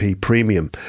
Premium